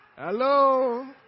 hello